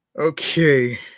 okay